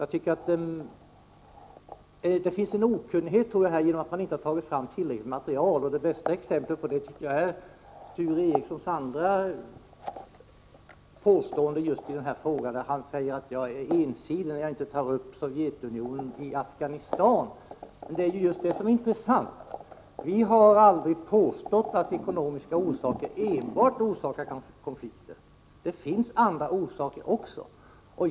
Jag tycker att det förekommer en okunnighet på detta område beroende på att man inte har tagit fram tillräckligt med material. Det bästa exemplet härpå tycker jag är Sture Ericsons påstående att jag är ensidig när jag inte tar upp Sovjetunionens agerande i Afghanistan som exempel. Just detta är belysande. Vi har aldrig påstått att konflikter enbart har ekonomiska orsaker. Det finns också andra orsaker.